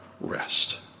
rest